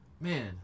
man